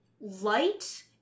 light